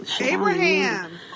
Abraham